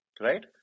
right